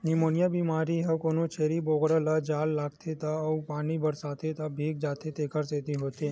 pneumonia बेमारी ह कोनो छेरी बोकरा ल जाड़ लागथे त अउ पानी बरसात म भीग जाथे तेखर सेती होथे